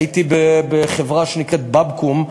הייתי בחברה שנקראת "באבקום",